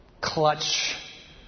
clutch